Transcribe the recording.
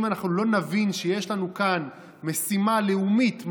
אם אנחנו לא נבין שיש לנו כאן משימה לאומית,